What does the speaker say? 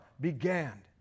began